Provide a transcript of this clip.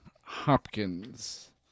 hopkins